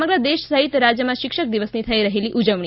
સમગ્ર દેશ સહિત રાજ્યમાં શિક્ષક દિવસની થઇ રહેલી ઉજવણી